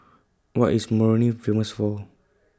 What IS Moroni Famous For